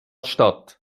statt